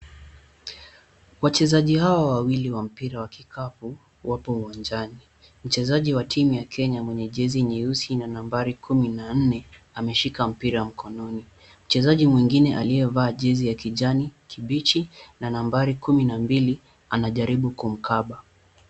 Wachezaji hawa wawili wa mpira wa kikapu wapo uwanjani. Mchezaji wa timu ya Kenya mwenye jezi nyeusi na nambari kumi na nne ameshika mpira mkononi. Mchezaji mwingine aliyevaa jezi ya kijani kibichi na nambari kumi na mbili anajaribu kumkaba.